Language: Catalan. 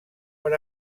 per